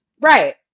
right